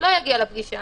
לא יגיע לפגישה,